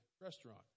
restaurant